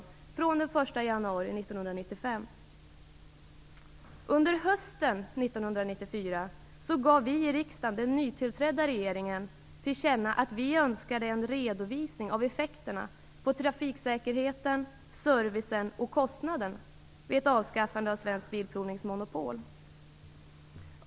Under hösten 1994 gav vi i riksdagen den nytillträdda regeringen till känna att vi önskade en redovisning av effekterna på trafiksäkerheten, servicen och kostnaden vid ett avskaffande av Svensk Bilprovnings monopol.